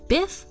Biff